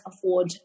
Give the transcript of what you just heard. afford